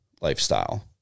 lifestyle